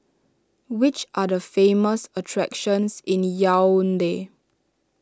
which are the famous attractions in Yaounde